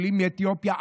עולים מאתיופיה,